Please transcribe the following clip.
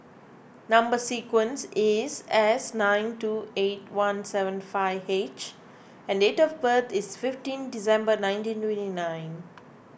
Number Sequence is S nine two eight one seven five H and date of birth is fifteen December nineteen twenty nine